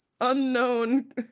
unknown